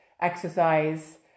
exercise